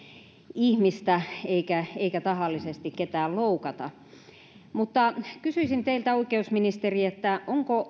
ihmistä eikä eikä tahallisesti ketään loukata kysyisin teiltä oikeusministeri onko